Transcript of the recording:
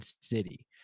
city